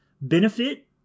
benefit